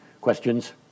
questions